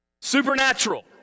Supernatural